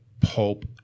pulp